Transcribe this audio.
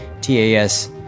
TAS